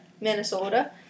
Minnesota